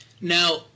Now